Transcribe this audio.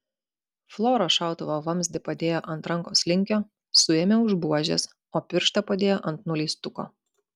flora šautuvo vamzdį padėjo ant rankos linkio suėmė už buožės o pirštą padėjo ant nuleistuko